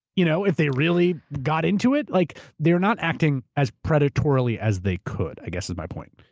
you know if they really got into it. like they're not acting as predatorily as they could, i guess is my point.